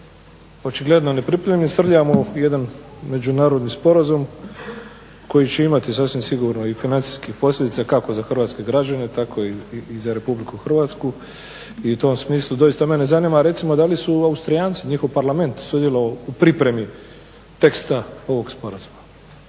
očigledno nepripremljeni. Srljamo u jedan međunarodni sporazum koji će imati sasvim sigurno i financijskih posljedica kako za hrvatske građane, tako i za Republiku Hrvatsku. I u tom smislu doista mene zanima recimo da li su Austrijanci, njihov Parlament sudjelovao u pripremi teksta ovog sporazuma.